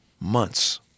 months